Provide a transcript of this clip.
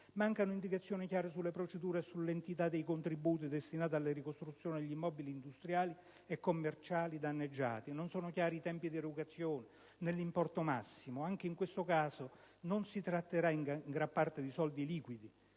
Mancano indicazioni chiare sulle procedure e sull'entità dei contributi destinati alla ricostruzione degli immobili industriali e commerciali danneggiati. Non sono chiari i tempi di erogazione, né l'importo massimo; anche in questo caso non si tratterà, in gran parte, di soldi liquidi,